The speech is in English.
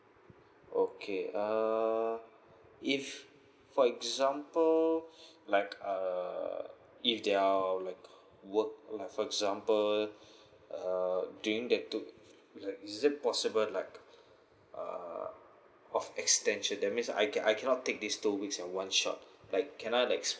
okay uh if for you so um so like uh uh if they are or work like for example uh during that too is it possible like uh of extension that means I can I cannot take these two weeks or one shot like can I next